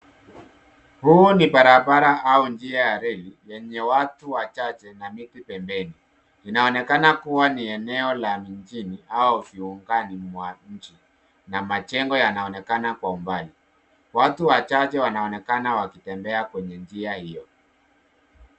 Huu ni barabara au njia ya reli yenye watu wachache na miti pembeni. Inaonekana kuwa ni eneo la mijini au viungani mwa mji na majengo yanaonekana kwa umbali. Watu wachache wanaonekana wakitembea kwenye njia hiyo.